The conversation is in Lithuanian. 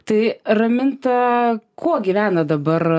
tai raminta kuo gyvena dabar